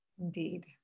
Indeed